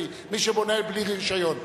מי שבונה בלי רשיון.